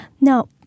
Now